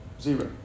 Zero